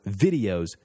videos